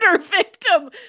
victim